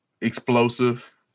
explosive